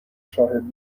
شاهد